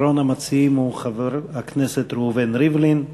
אחרון המציעים הוא חבר הכנסת ראובן ריבלין.